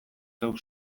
zeuk